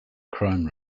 crime